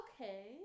Okay